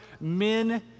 men